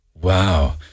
wow